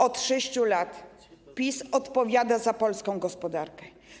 Od 6 lat PiS odpowiada za polską gospodarkę.